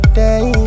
day